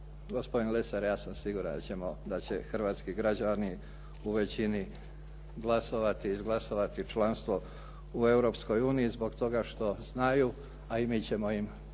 gospodin Lesar ja sam siguran da će hrvatski građani u većini glasovati i izglasovati članstvo u Europskoj uniji zbog toga što znaju, a i mi ćemo im